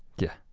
yeah.